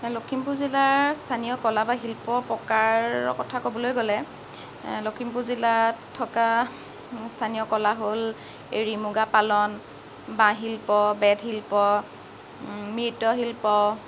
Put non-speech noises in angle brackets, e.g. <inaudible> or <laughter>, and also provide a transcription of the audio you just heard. <unintelligible> লখিমপুৰ জিলাৰ স্থানীয় কলা বা শিল্প প্ৰকাৰৰ কথা ক'বলৈ গ'লে লখিমপুৰ জিলাত থকা স্থানীয় কলা হ'ল এৰি মুগা পালন বাঁহ শিল্প বেঁত শিল্প মৃৎশিল্প